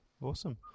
Awesome